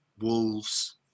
Wolves